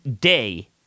day